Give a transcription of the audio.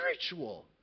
spiritual